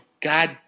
God